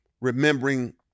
remembering